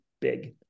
big